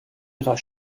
ihrer